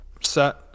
set